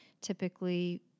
typically